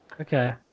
okay